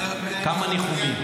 כמה ניחומים?